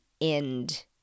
end